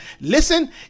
Listen